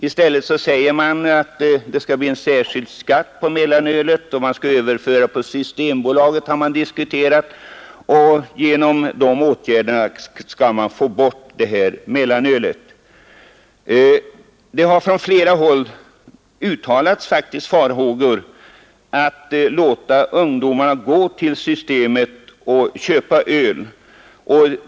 I stället har man föreslagit att ta bort den särskilda skatten på mellanöl och att överföra försäljningen till systembolaget. Genom de åtgärderna skulle man få bort mellanölet. Det har från flera håll uttalats farhågor för att det är olämpligt att låta ungdomarna gå till systemet och köpa öl.